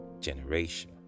generation